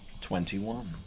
Twenty-one